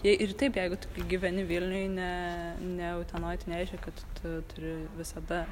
jei ir taip jeigu tu gyveni vilniuj ne ne utenoj tai nereiškia kad tu turi visada